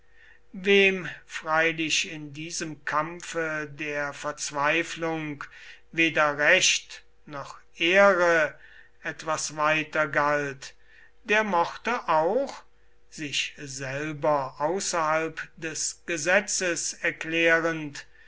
wem freilich in diesem kampfe der verzweiflung weder recht noch ehre etwas weiter galt der mochte auch sich selber außerhalb des gesetzes erklärend